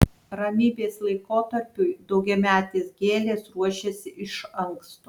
ramybės laikotarpiui daugiametės gėlės ruošiasi iš anksto